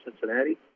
Cincinnati